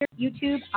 YouTube